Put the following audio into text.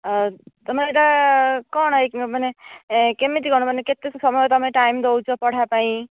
ତମେ ଏହିଟା କ'ଣ ମାନେ କେମିତି କ'ଣ ମାନେ କେତେ ସମୟ ଟାଇମ ଦେଉଛ ପଢ଼ିବା ପାଇଁ